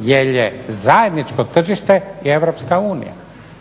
jer je zajedničko tržište i Europska unija.